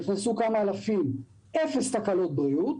נכנסו כמה אלפים והיו אפס תקלות בריאות,